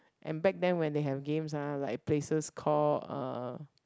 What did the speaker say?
and back then when they have games ah like places call uh